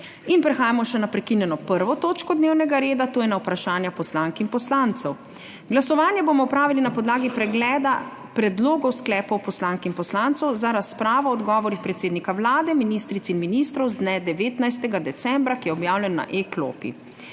Prehajamo še naprekinjeno 1. točko dnevnega reda, to je na Vprašanja poslank in poslancev. Glasovanje bomo opravili na podlagi pregleda predlogov sklepov poslank in poslancev za razpravo o odgovorih predsednika Vlade, ministric in ministrov z dne 19. decembra, ki je objavljen na e-klopi.